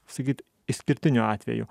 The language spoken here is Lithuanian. sakyt išskirtiniu atveju